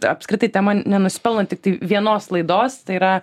apskritai tema nenusipelno tiktai vienos laidos tai yra